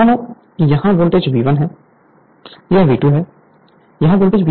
Refer Slide Time 2247 तो मानो संदर्भ समय 2251 यहाँ वोल्टेज V1 है यह V2 है